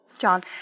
John